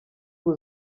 ubu